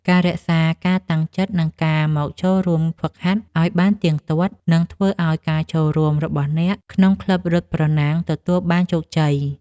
ការរក្សាការតាំងចិត្ត និងការមកចូលរួមហ្វឹកហាត់ឱ្យបានទៀងទាត់ នឹងធ្វើឱ្យការចូលរួមរបស់អ្នកក្នុងក្លឹបរត់ប្រណាំងទទួលបានជោគជ័យ។